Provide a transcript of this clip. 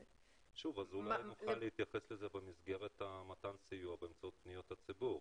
אולי נוכל להתייחס לזה במסגרת מתן הסיוע באמצעות פניות הציבור.